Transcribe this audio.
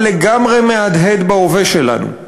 אבל לגמרי מהדהד בהווה שלנו,